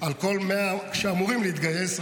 על כל 100 שאמורים להתגייס,